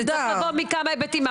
נכון, זה צריך לבוא מכמה היבטים.